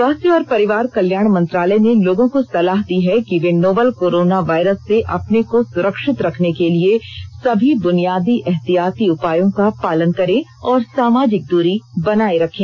स्वास्थ्य और परिवार कल्याण मंत्रालय ने लोगों को सलाह दी है कि वे नोवल कोरोना वायरस से अपने को सुरक्षित रखने के लिए सभी बुनियादी एहतियाती उपायों का पालन करें और सामाजिक दूरी बनाए रखें